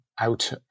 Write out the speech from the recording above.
out